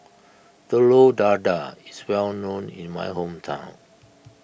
Telur Dadah is well known in my hometown